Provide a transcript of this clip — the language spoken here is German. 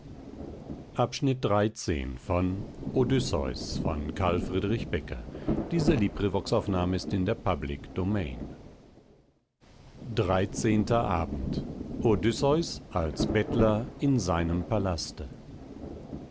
zur ruhe odysseus als bettler in seinem palaste